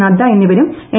നദ്ദ എന്നിവരും എം